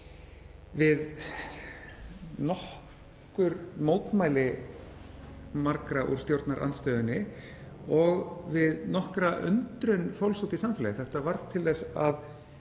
við nokkur mótmæli margra úr stjórnarandstöðunni og við nokkra undrun fólks út í samfélaginu. Þetta varð til þess að